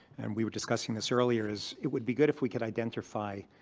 and we were discussing this earlier, is it would be good if we could identify